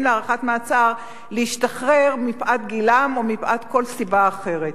להארכת מעצר להשתחרר מפאת גילם או מפאת כל סיבה אחרת.